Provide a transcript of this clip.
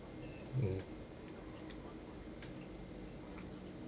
mm